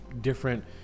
different